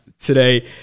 today